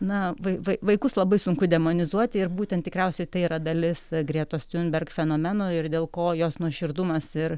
na vai vai vaikus labai sunku demonizuoti ir būtent tikriausiai tai yra dalis gretos tiunberg fenomeno ir dėl ko jos nuoširdumas ir